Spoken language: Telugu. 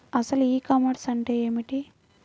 అసలు ఈ కామర్స్ అంటే ఏమిటి?